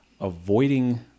avoiding